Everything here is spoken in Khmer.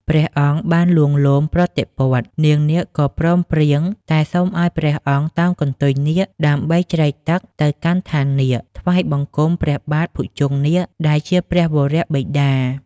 ព្រះអង្គបានលួងលោមប្រតិព័ទ្ធ នាងនាគក៏ព្រមព្រៀងតែសុំឲ្យព្រះអង្គតោងកន្ទុយនាគ ដើម្បីជ្រែកទឹកទៅកាន់ឋាននាគ ថ្វាយបង្គំព្រះបាទភុជង្គនាគដែលជាព្រះវរបិតា ។